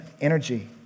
energy